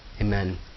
Amen